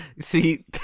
See